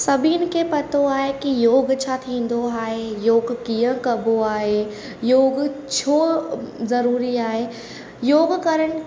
सभिनि खे पतो आहे की योगु छा थींदो आहे योगु कीअं कबो आहे योगु छो ज़रूरी आहे योगु करणु